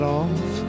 off